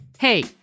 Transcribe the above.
Hey